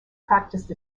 practiced